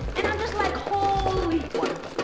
and i'm just like holy water.